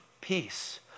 peace